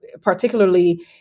particularly